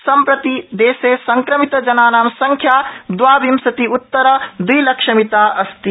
सम्प्रति देशे सक्रमितजनानां संख्या द्वाविंशति उत्तर द्विलक्षमिता अस्ति